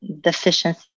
deficiency